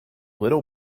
little